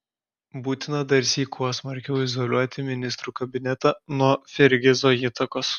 būtina darsyk kuo smarkiau izoliuoti ministrų kabinetą nuo fergizo įtakos